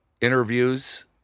interviews